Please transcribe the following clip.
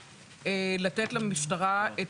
למשטרה,